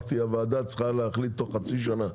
אמרתי שהוועדה צריכה להחליט תוך חצי שנה,